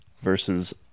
versus